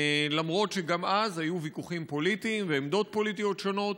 למרות שגם אז היו ויכוחים פוליטיים ועמדות פוליטיות שונות,